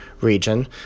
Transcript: region